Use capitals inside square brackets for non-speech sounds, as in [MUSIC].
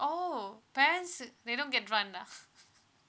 oh parent is they don't get grant lah [LAUGHS]